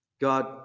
God